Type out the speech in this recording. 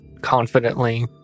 confidently